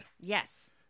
Yes